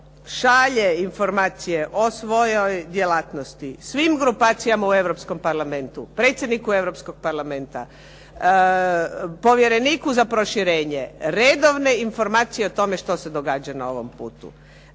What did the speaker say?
šalje informacije o svojoj djelatnosti svim grupacijama u Europskom parlamentu, predsjedniku Europskog parlamenta, povjereniku za proširenje, redovne informacije o tome što se događa na ovom putu,